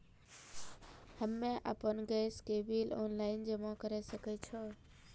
हम्मे आपन गैस के बिल ऑनलाइन जमा करै सकै छौ?